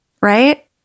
right